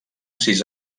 sis